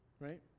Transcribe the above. right